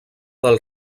del